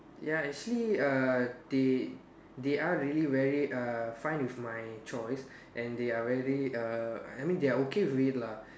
ya actually uh they they are really very uh fine with my choice and they are really uh I mean they are okay with it lah